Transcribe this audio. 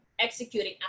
executing